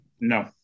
No